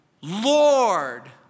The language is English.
Lord